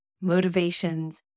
motivations